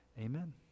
Amen